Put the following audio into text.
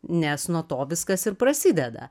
nes nuo to viskas ir prasideda